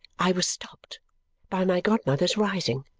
i was stopped by my godmother's rising,